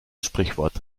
sprichwort